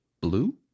Blue